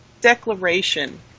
declaration